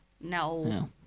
No